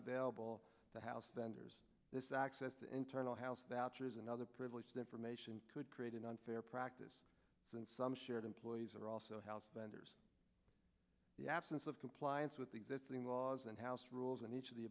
available to house then there's this access to internal house vouchers and other privileged information could create an unfair practice and some shared employees are also house vendors the absence of compliance with the existing laws and house rules and each of the